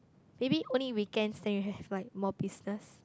maybe only weekends then you'll have like more business